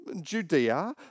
Judea